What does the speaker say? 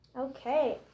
Okay